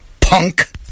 Punk